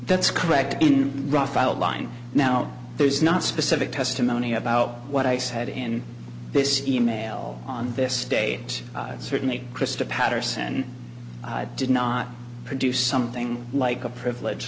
that's correct in rough outline now there's not specific testimony about what i said in this e mail on this state certainly krista patterson did not produce something like a privilege